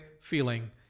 feeling